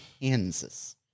Kansas